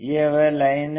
यह वह लाइन है